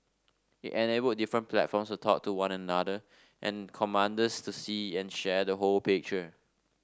it enabled different platforms to talk to one another and commanders to see and share the whole picture